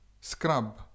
scrub